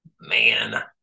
man